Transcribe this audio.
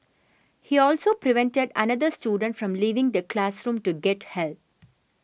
he also prevented another student from leaving the classroom to get help